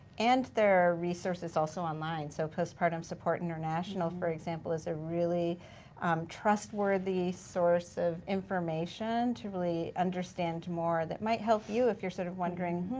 and there are resources also online, so postpartum support international, for example, is a really trustworthy source of information to really understand more that might help you if you're sort of wondering,